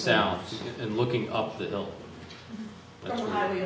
south and looking up the hill righ